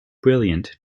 brilliant